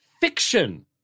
fiction